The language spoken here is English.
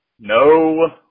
No